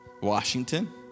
Washington